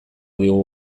digu